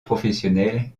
professionnelle